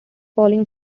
following